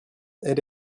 elle